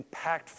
impactful